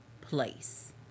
place